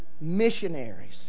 missionaries